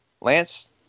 Lance